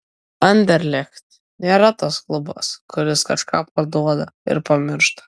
anderlecht nėra tas klubas kuris kažką parduoda ir pamiršta